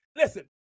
Listen